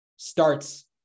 Starts